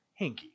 hinky